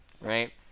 right